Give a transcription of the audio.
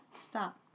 Stop